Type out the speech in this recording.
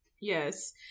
Yes